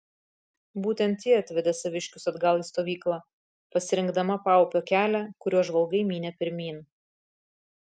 būtent ji atvedė saviškius atgal į stovyklą pasirinkdama paupio kelią kuriuo žvalgai mynė pirmyn